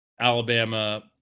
Alabama